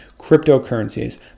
cryptocurrencies